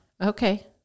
Okay